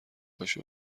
باشه